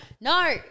No